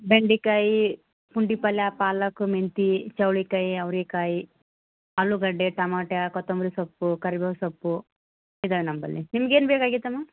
ಬೆಂಡೆಕಾಯಿ ಪುಂಡಿಪಲ್ಯೆ ಪಾಲಕ್ಕು ಮೆಂತೆ ಚೌಳಿಕಾಯಿ ಅವ್ರೇಕಾಯಿ ಆಲೂಗಡ್ಡೆ ಟಮಾಟ್ಯಾ ಕೊತ್ತಂಬರಿ ಸೊಪ್ಪು ಕರ್ಬೇವು ಸೊಪ್ಪು ಇದಾವೆ ನಮ್ಮಲ್ಲಿ ನಿಮ್ಗೇನು ಬೇಕಾಗಿತ್ತಮ್ಮ